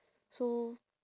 so